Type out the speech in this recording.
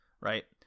right